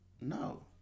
No